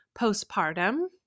postpartum